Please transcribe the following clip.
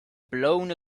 blown